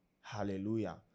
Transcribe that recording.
hallelujah